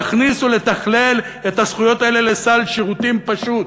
להכניס ולתכלל את הזכויות האלה לסל שירותים פשוט.